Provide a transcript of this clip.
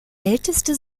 älteste